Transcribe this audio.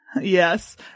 Yes